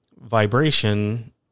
vibration